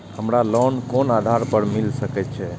हमरा लोन कोन आधार पर मिल सके छे?